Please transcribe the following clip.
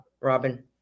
Robin